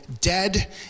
dead